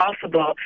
possible